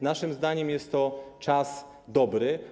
Naszym zdaniem jest to czas dobry.